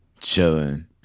Chilling